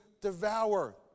devour